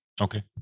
Okay